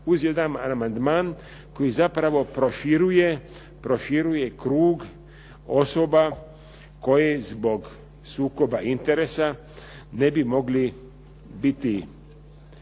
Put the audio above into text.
uz jedan amandman koji zapravo proširuje krug osoba koje zbog sukoba interesa ne bi mogli biti